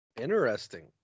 Interesting